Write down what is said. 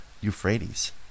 Euphrates